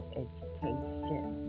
education